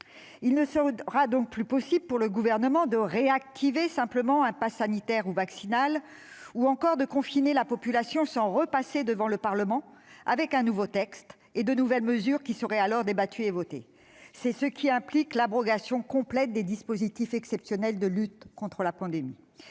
Ainsi, le Gouvernement ne pourra plus réactiver simplement un passe sanitaire ou vaccinal, ni confiner la population sans repasser devant le Parlement avec un nouveau texte et de nouvelles mesures, qui seraient alors débattues et votées. C'est ce qu'implique l'abrogation complète des dispositifs exceptionnels de lutte contre la pandémie.